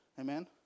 Amen